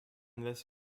this